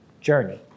journey